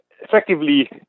effectively